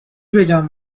بگم